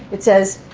it says,